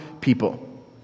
people